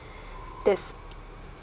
that's